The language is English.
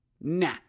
Nah